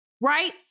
right